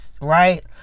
right